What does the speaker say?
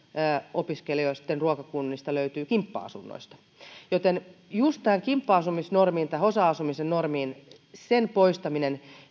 opiskelijoiden ruokakunnista löytyy kimppa asunnoista joten just tämän kimppa asumisnormin tai osa asumisen normin poistaminen